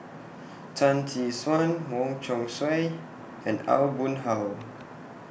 Tan Tee Suan Wong Chong Sai and Aw Boon Haw